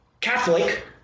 catholic